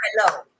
hello